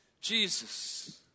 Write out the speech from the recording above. Jesus